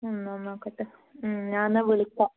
എന്നാ നോക്കട്ടെ ഞാന് എന്നാൽ വിളിക്കാം